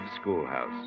Schoolhouse